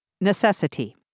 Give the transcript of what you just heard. Necessity